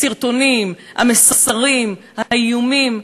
הסרטונים, המסרים, האיומים,